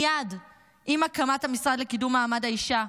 מייד עם הקמת המשרד לקידום מעמד האישה,